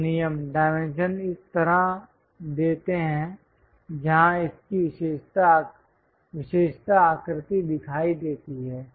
कुछ नियम डायमेंशन इस तरह देते हैं जहां इसकी विशेषता आकृति दिखाई देती है